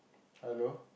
hello